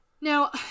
Now